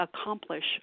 accomplish